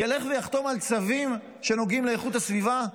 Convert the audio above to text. ילך ויחתום על צווים שנוגעים לאיכות הסביבה?